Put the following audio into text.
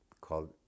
called